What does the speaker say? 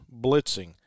blitzing